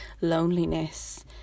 loneliness